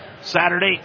Saturday